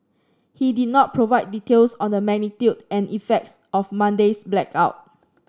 he did not provide details on the magnitude and effects of Monday's blackout